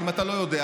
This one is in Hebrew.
אם אתה לא יודע,